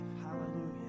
Hallelujah